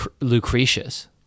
Lucretius